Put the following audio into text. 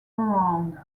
around